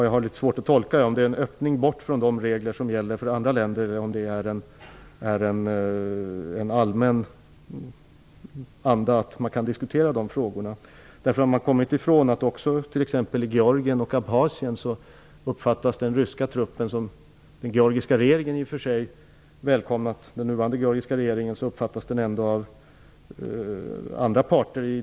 Jag har litet svårt att tolka om det är en öppning bort från de regler som gäller för andra länder eller om det är en allmän anda att man kan diskutera de frågorna. Man kommer inte ifrån att i t.ex. Georgien och Karpatien uppfattas den ryska truppen som i hög grad part i målet, även om den nuvarande georgiska regeringen har välkomnat truppen.